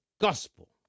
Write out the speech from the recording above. gospel